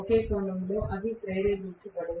ఒక కోణంలో అవి ప్రేరేపించబడవు